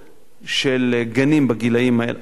של גנים בגילים הללו,